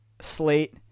slate